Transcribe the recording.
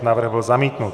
Návrh byl zamítnut.